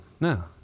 no